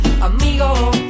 Amigo